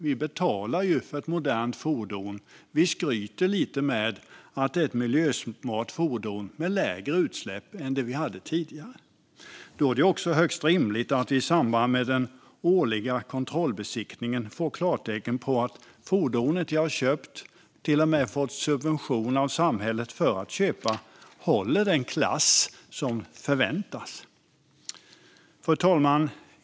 Vi "betalar" för ett modernt fordon, och vi skryter lite med att det är ett miljösmart fordon med lägre utsläpp än det vi hade tidigare. Då är det högst rimligt att man i samband med den årliga kontrollbesiktningen får klartecken på att fordonet man köpt och till med fått subvention av samhället för att köpa håller den klass som förväntas. Fru talman!